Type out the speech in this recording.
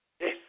Yes